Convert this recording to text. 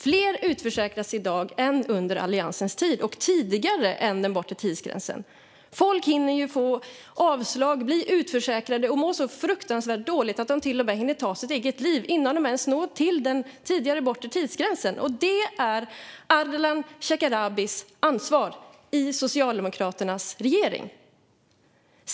Fler utförsäkras i dag än under Alliansens tid och tidigare än vid den bortre tidsgränsen. Människor hinner få avslag, bli utförsäkrade och må så fruktansvärt dåligt att de till och med tar sitt eget liv innan de ens når till den tidigare bortre tidsgränsen. Det är Ardalan Shekarabis ansvar i Socialdemokraternas regering.